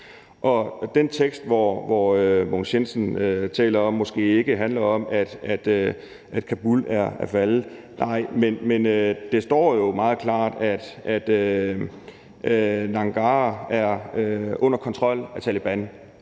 den tekst, som Mogens Jensen taler om måske ikke handler om, at Kabul er faldet: Nej, men det står jo meget klart, at Nangarhar er under kontrol af Taleban,